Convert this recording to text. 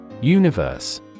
Universe